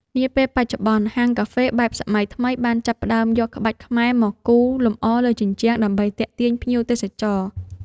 នាពេលបច្ចុប្បន្ន ហាងកាហ្វេបែបសម័យថ្មីបានចាប់ផ្ដើមយកក្បាច់ខ្មែរមកគូរលម្អលើជញ្ជាំង ដើម្បីទាក់ទាញភ្ញៀវទេសចរ។